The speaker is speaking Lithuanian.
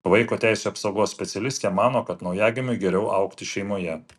vaiko teisių apsaugos specialistė mano kad naujagimiui geriau augti šeimoje